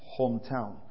hometown